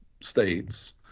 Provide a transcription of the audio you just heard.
states